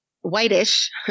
whitish